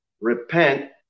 repent